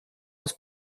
aus